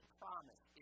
promise